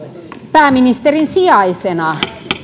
pääministerin sijaisena